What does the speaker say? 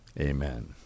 amen